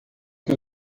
que